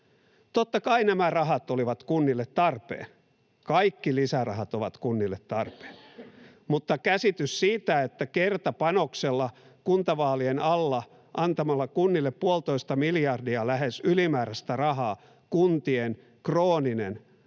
Totta kai nämä rahat olivat kunnille tarpeen, kaikki lisärahat ovat kunnille tarpeen, mutta käsitys siitä, että kuntavaalien alla antamalla kunnille kertapanoksella puolitoista miljardia lähes ylimääräistä rahaa voitaisiin